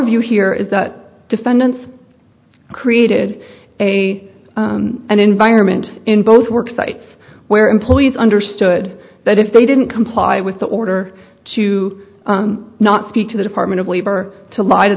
view here is that defendants created a an environment in both work sites where employees understood that if they didn't comply with the order to not speak to the department of labor to lie to